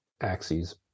axes